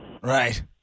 Right